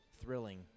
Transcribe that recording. Thrilling